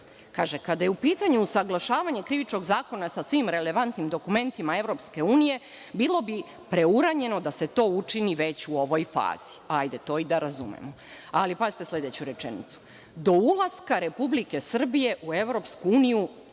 kaže - kada je u pitanju usaglašavanje Krivičnog zakona sa svim relevantnim dokumentima EU bilo bi preuranjeno da se to učini već u ovoj fazi. Hajde, to i da razumem. Pazite, sledeću rečenicu – do ulaska Republike Srbije u EU ima